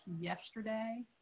yesterday